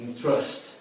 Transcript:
trust